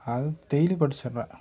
அது டெய்லியும் படிச்சிடுறேன்